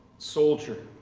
soldier.